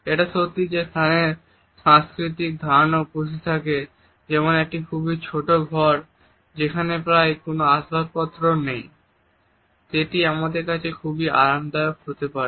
এটা সত্যি যে স্থানের সাংস্কৃতিক ধারণা উপস্থিত থাকে যেমন একটি খুবই ছোট ঘর যেখানে প্রায় কোন আসবাবপত্র নেই সেটি একজনের কাছে খুবই আরামদায়ক হতে পারে